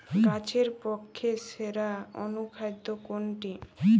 গাছের পক্ষে সেরা অনুখাদ্য কোনটি?